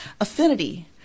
affinity